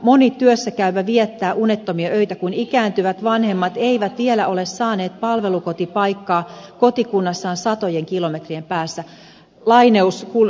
moni työssä käyvä viettää unettomia öitä kun ikääntyvät vanhemmat eivät vielä ole saaneet palvelukotipaikkaa kotikunnassaan satojen kilometrien päässä